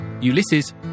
Ulysses